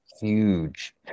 huge